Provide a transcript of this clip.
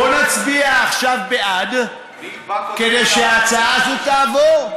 בוא נצביע עכשיו בעד כדי שההצעה הזאת תעבור.